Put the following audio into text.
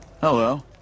Hello